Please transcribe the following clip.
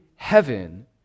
Heaven